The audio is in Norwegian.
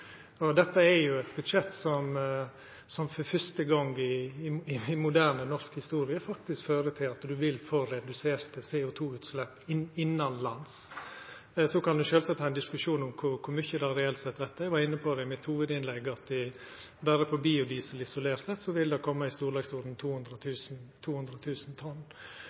forbruksmønsteret. Dette er eit budsjett som for første gong i moderne norsk historie faktisk fører til at ein vil få reduserte CO2-utslepp innanlands. Så kan ein sjølvsagt ha ein diskusjon om kor mykje det reelt sett vert. Eg var i hovudinnlegget mitt inne på at det berre på biodiesel isolert sett vil koma på i storleiken 200 000 tonn.